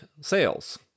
sales